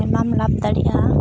ᱟᱭᱢᱟᱢ ᱞᱟᱵ ᱫᱟᱲᱮᱭᱟᱜᱼᱟ